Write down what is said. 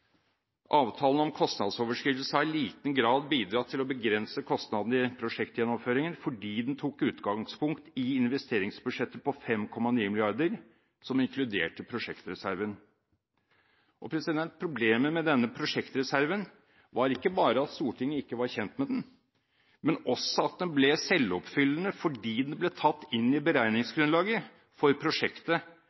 Avtalen om kostnadsoverskridelse har i liten grad bidratt til å begrense kostnadene ved prosjektgjennomføringen, fordi man der tok utgangspunkt i investeringsbudsjettet på 5,9 mrd. kr, som inkluderte prosjektreserven. Problemet med prosjektreserven var ikke bare at Stortinget ikke var kjent med den, men at den også ble selvoppfyllende, fordi den ble tatt inn i beregningsgrunnlaget for prosjektet